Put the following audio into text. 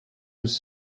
was